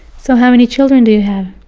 so how many children do you have?